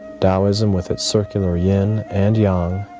taoism with its circular yin and yang,